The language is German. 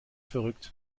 verrückt